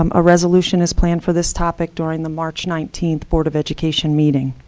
um a resolution is planned for this topic during the march nineteenth board of education meeting.